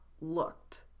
looked